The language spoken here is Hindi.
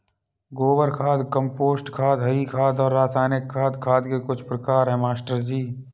गोबर खाद कंपोस्ट खाद हरी खाद और रासायनिक खाद खाद के कुछ प्रकार है मास्टर जी